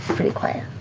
pretty quiet.